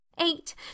eight